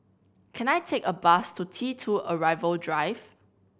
can I take a bus to T Two Arrival Drive